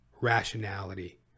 rationality